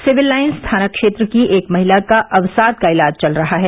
civil Lines थाना क्षेत्र की एक महिला का अवसाद का इलाज चल रहा है